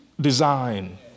design